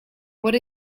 what